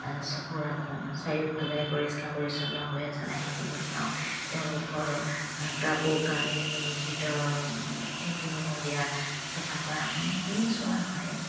চকু ৰাখোঁ চাৰিওফালে পৰিষ্কাৰ পৰিচ্ছন্ন হৈ আছে নাই সেইখিনি চাওঁ তেওঁলোকৰ কাপোৰ কানি ভিতৰৰ সেইখিনি চাফা কৰা হয়নে সেইখিনিও চোৱা হয়